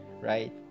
right